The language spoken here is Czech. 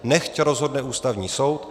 Nechť rozhodne Ústavní soud.